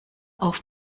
auf